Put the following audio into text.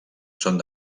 són